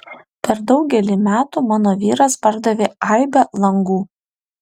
per daugelį metų mano vyras pardavė aibę langų